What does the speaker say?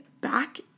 back